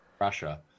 Russia